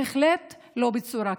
בהחלט לא בצורה כזו.